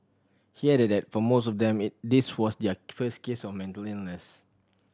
he added that for most of them it this was their first case of mental illness